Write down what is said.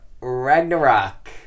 Ragnarok